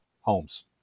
homes